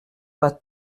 pas